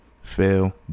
fail